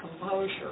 composure